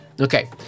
Okay